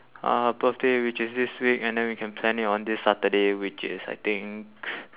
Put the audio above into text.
uh birthday which is this week and then we can plan it on this saturday which is I think